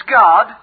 God